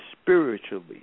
spiritually